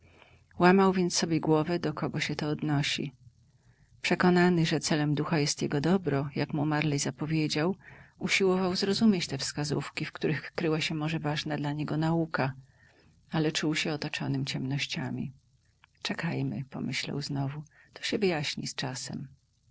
łamał więc sobie głowę do kogo się to odnosi przekonany że celem ducha jest jego dobro jak mu marley zapowiedział usiłował zrozumieć te wskazówki w których kryła się może ważna dla niego nauka ale czuł się otoczonym ciemnościami czekajmy pomyślał znowu to się wyjaśni z czasem